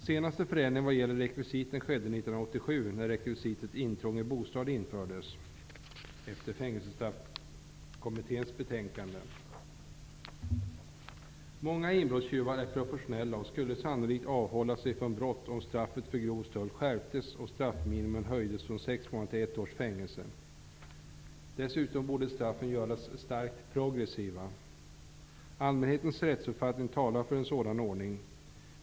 Senaste förändringen vad gäller rekvisiten skedde 1987 när rekvisitet intrång i bostad infördes, efter Många inbrottstjuvar är professionella och skulle sannolikt avhålla sig från brott om straffet för grov stöld skärptes och straffminimum höjdes från sex månaders till ett års fängelse. Dessutom borde straffen göras starkt progressiva. Allmänhetens rättsuppfattning talar för en sådan ordning.